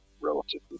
relatively